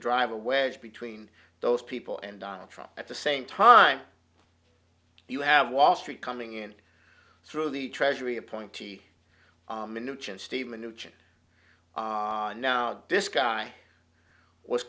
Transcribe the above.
drive a wedge between those people and donald trump at the same time you have wall street coming in through the treasury appointee stephen nugent and now this guy was